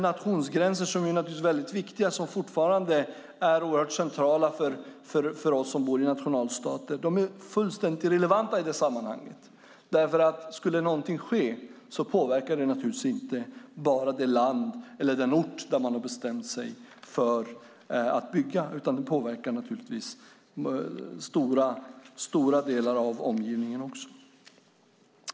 Nationsgränser är naturligtvis väldigt viktiga och oerhört centrala för oss som bor i nationalstater. Men de är fullständigt irrelevanta i det sammanhanget. Skulle någonting ske påverkar det naturligtvis inte bara det land eller den ort där man har bestämt sig för att bygga utan också stora delar av omgivningen.